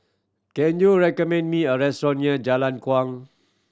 can you recommend me a restaurant near Jalan Kuang